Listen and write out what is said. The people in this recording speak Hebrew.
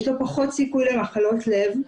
יש לו פחות סיכוי למחלות לב,